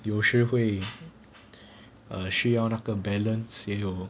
有时会 ugh 需要那个 balance 也有